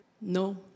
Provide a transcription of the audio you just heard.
No